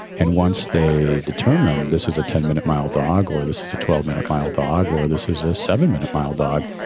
and once they determine this is a ten minute mile dog or this is a twelve minute mile dog or this is a seven minute mile dog,